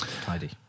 Tidy